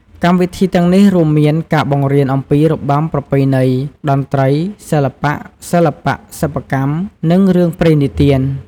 កម្មវិធីទាំងនេះរួមមានការបង្រៀនអំពីរបាំប្រពៃណី តន្ត្រី សិល្បៈ សិល្បៈសិប្បកម្ម និងរឿងព្រេងនិទាន។